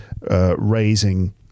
raising